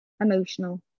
emotional